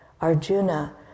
Arjuna